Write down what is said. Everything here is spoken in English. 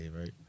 right